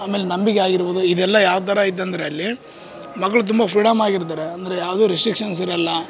ಆಮೇಲೆ ನಂಬಿಕೆ ಆಗಿರ್ಬೋದು ಇದೆಲ್ಲ ಯಾವ ಥರ ಐತಂದರೆ ಅಲ್ಲಿ ಮಗಳು ತುಂಬ ಫ್ರೀಡಂ ಆಗಿರ್ತಾರೆ ಅಂದರೆ ಯಾವುದೇ ರಿಸ್ಟ್ರಿಕ್ಷನ್ಸ್ ಇರೋಲ್ಲಾ